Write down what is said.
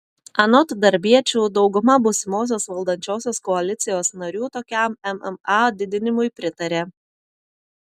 anot darbiečių dauguma būsimosios valdančiosios koalicijos narių tokiam mma didinimui pritarė